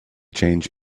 change